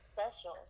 Special